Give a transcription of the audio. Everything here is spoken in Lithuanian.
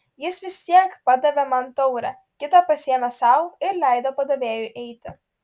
jis vis tiek padavė man taurę kitą pasiėmė sau ir leido padavėjui eiti